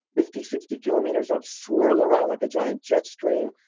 fifty, sixty kilometers up, swirl around like a giant jet stream,